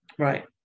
Right